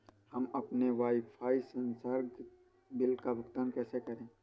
हम अपने वाईफाई संसर्ग बिल का भुगतान कैसे करें?